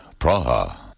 Praha